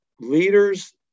leaders